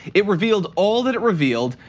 it revealed all that it revealed.